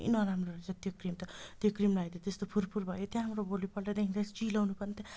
नराम्रो रहेछ त्यो क्रिम त त्यो क्रिम लाएर त्यस्तो फुरफुर भयो त्यहाबाट भोलिपल्टदेखि त चिलाउनु पनि त्यहाँ